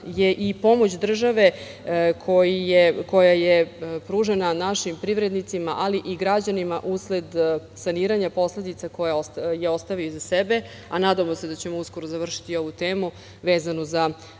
je i pomoć države koja je pružena našim privrednicima, ali i građanima u sled saniranja posledica koje je ostavila iza sebe, a nadamo se da ćemo uskoro završiti ovu temu vezanu za